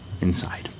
inside